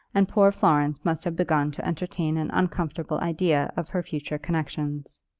and poor florence must have begun to entertain an uncomfortable idea of her future connexions.